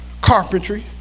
carpentry